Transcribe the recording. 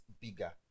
bigger